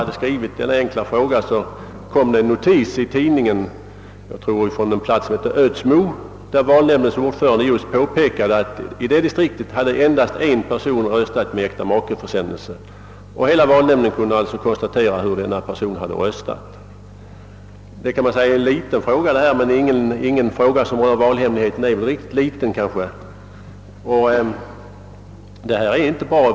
Sedan jag framställt denna fråga förekom en notis i en tidning från en plats — jag tror Ödsmo — där valnämndens ordförande just påpekade att i det distriktet hade endast en person röstat genom äktamakekuvert, och hela valnämnden kunde alltså konstatera hur derna person hade röstat. Det kan måhända tyckas att detta är en liten fråga. Men ingen fråga som rör valhemligheten är väl egentligen liten.